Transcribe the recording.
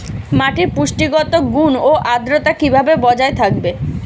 মাটির পুষ্টিগত গুণ ও আদ্রতা কিভাবে বজায় থাকবে?